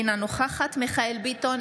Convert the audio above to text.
אינה נוכחת מיכאל מרדכי ביטון,